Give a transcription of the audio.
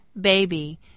baby